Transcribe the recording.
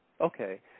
Okay